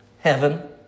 Heaven